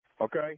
Okay